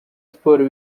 sports